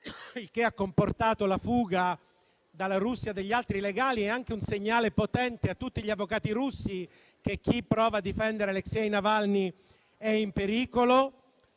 il che ha comportato la fuga dalla Russia degli altri legali e anche un segnale potente a tutti gli avvocati russi che chi prova a difendere Alexei Navalny è in pericolo.